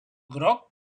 groc